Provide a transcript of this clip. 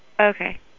Okay